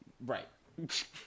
Right